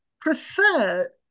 prefer